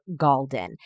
Galden